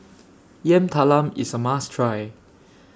Yam Talam IS A must Try